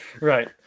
right